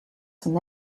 son